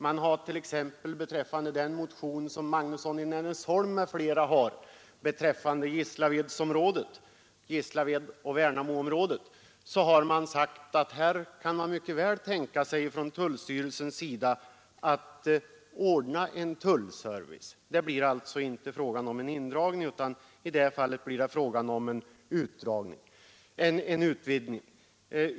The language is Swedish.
Man har t.ex. beträffande den motion som herr Magnusson i Nennesholm m.fl. har väckt beträffande Gislaved och Värnamo sagt att tullstyrelsen mycket väl kan tänka sig att ordna tullservice. Det blir alltså inte fråga om någon indragning utan i stället en utvidgning.